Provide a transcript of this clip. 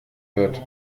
wird